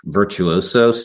virtuoso